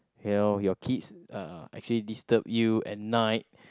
you know your kids uh actually disturb you at night